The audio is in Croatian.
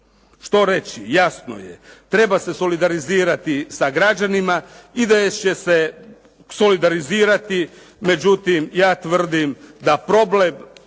što reći? Jasno je. Treba se solidarizirati sa građanima. IDS će se solidarizirati, međutim ja tvrdim da problem